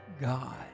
God